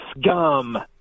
scum